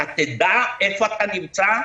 אתה תדע איפה אתה נמצא,